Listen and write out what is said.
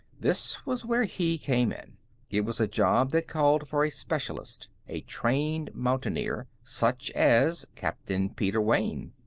this was where he came in it was a job that called for a specialist, a trained mountaineer such as captain peter wayne.